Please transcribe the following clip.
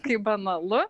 kaip banalu